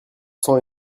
sang